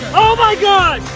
oh my god.